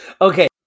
Okay